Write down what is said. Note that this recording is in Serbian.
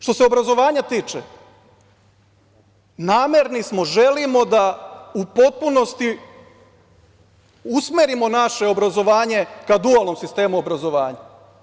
Što se obrazovanja tiče, namerni smo, želimo da u potpunosti usmerimo naše obrazovanje ka dualnom sistemu obrazovanja.